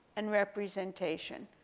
and representation.